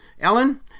Ellen